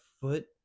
foot